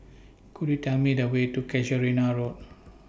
Could YOU Tell Me The Way to Casuarina Road